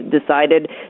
decided